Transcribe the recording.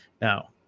Now